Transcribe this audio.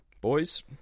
boys